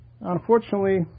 unfortunately